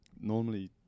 normally